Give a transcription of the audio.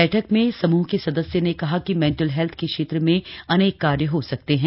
बैठक में समूह के सदस्य ने कहा कि मेंटल हेल्थ के क्षेत्र में अनेक कार्य हो सकते हैं